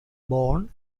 born